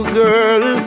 girl